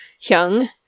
young